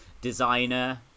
Designer